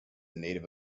native